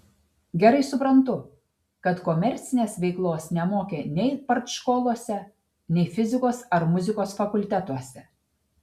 gerai suprantu kad komercinės veiklos nemokė nei partškolose nei fizikos ar muzikos fakultetuose